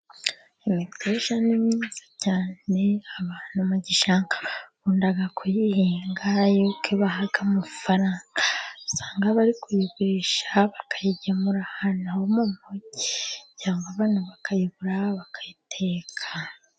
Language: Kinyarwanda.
Imiteja ni myiza cyane abantu mu gishanga bakunda kuyihinga yuko ibaha amafaranga, usanga bari kuyigurisha, bakayigemura ahantu ho mu mujyi, cyangwa abantu bakayigura bakayiteka.